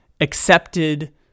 accepted